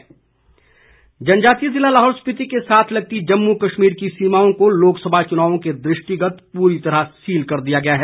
सुरक्षा प्रबंध जनजातीय जिला लाहौल स्पीति के साथ लगती जम्मू कश्मीर की सीमाओं को लोकसभा चुनाव के दृष्टिगत पूरी तरह सील कर दिया गया है